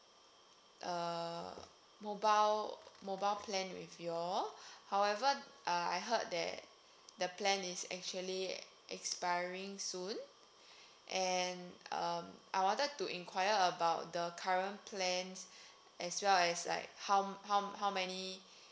uh mobile mobile plan with y'all however uh I heard that the plan is actually expiring soon and um I wanted to inquire about the current plans as well as like how how how many